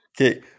Okay